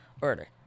order